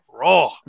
raw